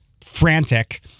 frantic